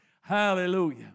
Hallelujah